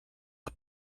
the